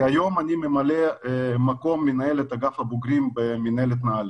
כיום אני ממלא מקום מנהל אגף הבוגרים במינהלת נעל"ה.